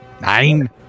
Nine